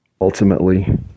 ultimately